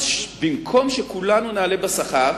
במקום שכולנו נעלה בשכר,